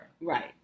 Right